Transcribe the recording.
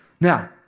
Now